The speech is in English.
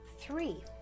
three